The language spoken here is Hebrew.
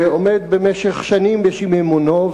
שעומד במשך שנים בשיממונו,